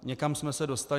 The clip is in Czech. Někam jsme se dostali.